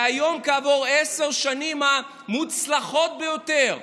והיום, כעבור עשר השנים המוצלחות ביותר,